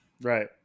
Right